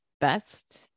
best